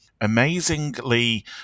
amazingly